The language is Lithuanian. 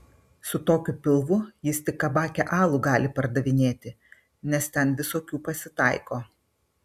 su tokiu pilvu jis tik kabake alų gali pardavinėti nes ten visokių pasitaiko